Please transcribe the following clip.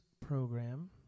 program